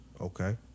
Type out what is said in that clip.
Okay